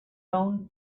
own